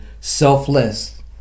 selfless